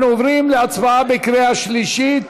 אנחנו עוברים להצבעה בקריאה שלישית.